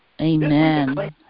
Amen